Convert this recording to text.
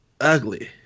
ugly